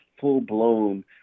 full-blown